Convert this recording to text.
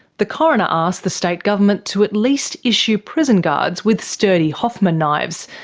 the coroner asked the state government to at least issue prison guards with sturdy hoffman knives,